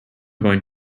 going